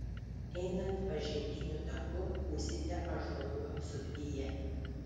einant pažintiniu taku būsite ąžuolų apsuptyje